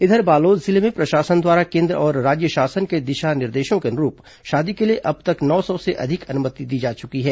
इधर बालोद जिले में प्रशासन द्वारा केन्द्र और राज्य शासन के दिशा निर्देशों के अनुरूप शादी के लिए अब तक नौ सौ से अधिक अनुमति दी जा चुकी है